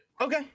Okay